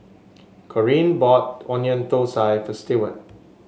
Corene bought Onion Thosai for Stewart